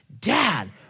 dad